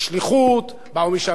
באו לשם מטעם מדינת ישראל,